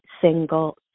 single